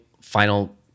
final